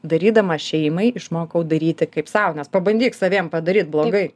darydama šeimai išmokau daryti kaip sau nes pabandyk saviem padaryt blogai